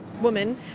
woman